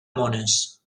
mones